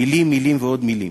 מילים, מילים ועוד מילים.